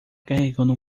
carregando